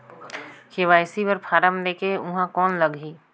KYC बर form ले के ऊहां कौन लगही?